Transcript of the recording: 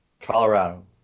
Colorado